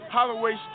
Holloway